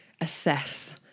assess